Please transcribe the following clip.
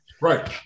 Right